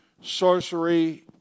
sorcery